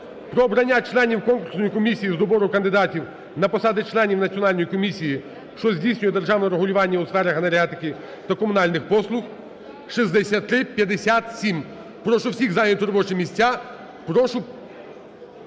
про обрання члена Конкурсної комісії з добору кандидатів на посади членів Національної комісії, що здійснює державне регулювання у сферах енергетики та комунальних послуг (6357). Прошу всіх зайняти робочі місця.